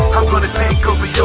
i'm gonna takeover your